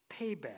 payback